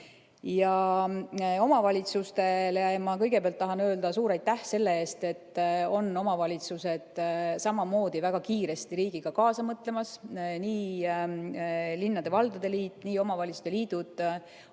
Omavalitsustele ma tahan kõigepealt öelda suure aitäh selle eest, et nad on samamoodi väga kiiresti riigiga kaasa mõtlemas. Nii linnade-valdade liit, nii omavalitsuste liidud on